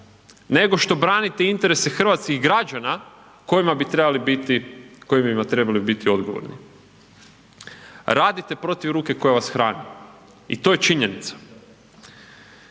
nego što branite interese hrvatskih građana kojima bi trebali biti, kojima bi trebali biti odgovorni, radite protiv ruke koja vas hrani i to je činjenica.